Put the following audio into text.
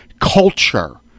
culture